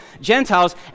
Gentiles